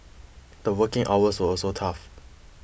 the working hours were also tough